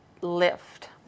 lift